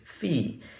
fee